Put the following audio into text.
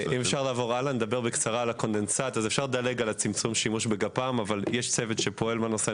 לגבי צמצום השימוש בגפ"מ יש צוות שפועל בנושא,